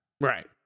Right